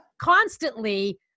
Constantly